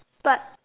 but